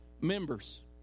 members